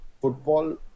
football